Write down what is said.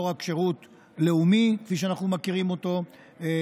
לא רק שירות לאומי כפי שאנחנו מכירים אותו היום,